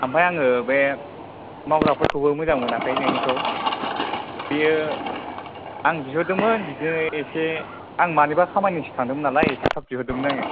ओमफ्राइ आङो बे मावग्राफोरखौबो मोजां मोनाखै नोंनिखौ बियो आं बिहरदोंमोन बिदिनो एसे आं मानिबा खामानिनिसो थांदोंमोन नालाय एसे थाब बिरदोंमोन आङो